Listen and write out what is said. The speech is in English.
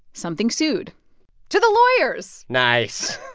something sued to the lawyers nice